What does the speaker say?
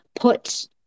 put